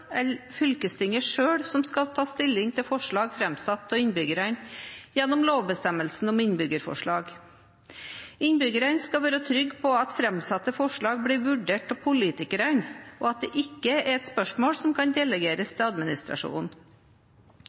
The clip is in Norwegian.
eller fylkestinget selv som skal ta stilling til forslag framsatt av innbyggerne gjennom lovbestemmelsen om innbyggerforslag. Innbyggerne skal være trygge på at framsatte forslag blir vurdert av politikerne, og at dette ikke er spørsmål som kan delegeres til administrasjonen.